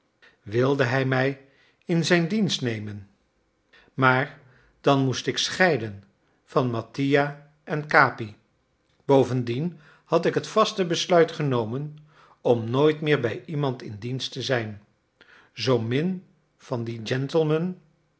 wilde hij mij in zijn dienst nemen maar dan moest ik scheiden van mattia en capi bovendien had ik het vaste besluit genomen om nooit meer bij iemand in dienst te zijn zoomin van dien